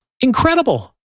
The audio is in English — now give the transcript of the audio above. Incredible